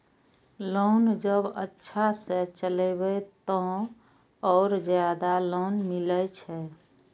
Loan जब अच्छा से चलेबे तो और ज्यादा लोन मिले छै?